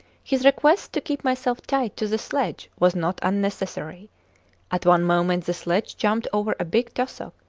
his request to keep myself tight to the sledge was not unnecessary at one moment the sledge jumped over a big tussock,